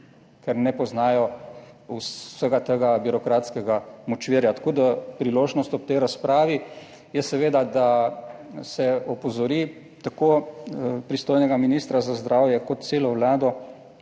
ker ne poznajo vsega tega birokratskega močvirja. Tako da, priložnost ob tej razpravi je seveda, da se opozori tako pristojnega ministra za zdravje kot celo Vlado,